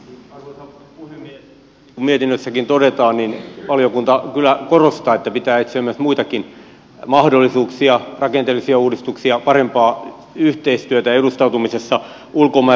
niin kuin mietinnössäkin todetaan valiokunta kyllä korostaa että pitää etsiä muitakin mahdollisuuksia rakenteellisia uudistuksia parempaa yhteistyötä edustautumisessa ulkomailla